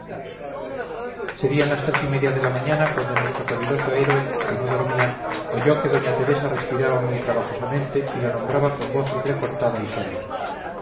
serían las tres y media de la mañana cuando nuestro caviloso héroe que no dormía oyó que d teresa respiraba muy trabajosamente y lo nombraba con voz entrecortada y sorda